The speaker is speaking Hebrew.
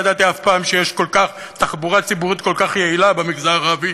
לא ידעתי אף פעם שיש תחבורה ציבורית כל כך יעילה במגזר הערבי,